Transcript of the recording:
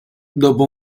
dopo